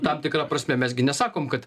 tam tikra prasme mes gi nesakom kad